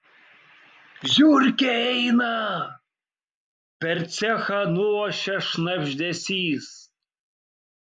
žiurkė eina per cechą nuošia šnabždesys